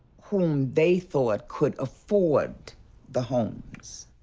whom they thought could afford the homes.